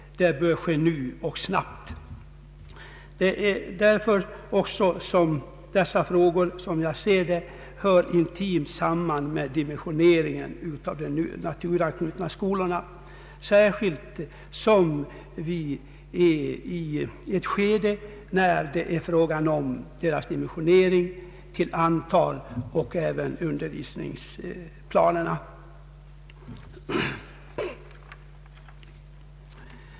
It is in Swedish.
Det bör ske nu och snabbt.” Dessa frågor hör därför, som jag ser det, intensivt samman med dimensioneringen av de naturanknutna skolorna, särskilt som vi befinner oss i ett skede då det gäller att avgöra deras dimensionering både till antalet och beträffande undervisningsplanerna.